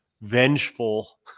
vengeful